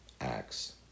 Acts